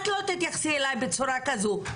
את לא תתייחסי אליי בצורה כזו,